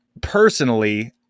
personally